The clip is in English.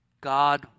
God